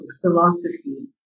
philosophy